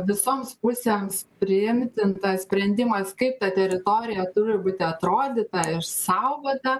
visoms pusėms priimtintas sprendimas kaip ta teritorija turi būti atrodyta išsaugota